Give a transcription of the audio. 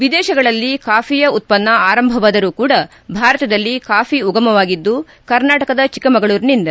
ವಿದೇಶಗಳಲ್ಲಿ ಕಾಫಿಯ ಉತ್ಪನ್ನ ಆರಂಭವಾದರು ಕೂಡ ಭಾರತದಲ್ಲಿ ಕಾಫಿ ಉಗಮವಾಗಿದ್ದು ಕರ್ನಾಟಕದ ಚಿಕ್ಕಮಗಳೂರಿನಿಂದ